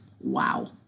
Wow